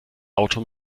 auto